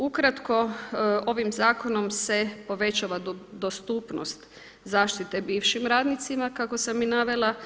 Ukratko ovim zakonom se povećava dostupnost zaštite bivšim radnicima kako sam i navela.